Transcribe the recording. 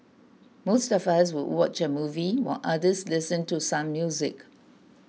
most of us would watch a movie while others listen to some music